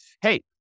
hey